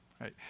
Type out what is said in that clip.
right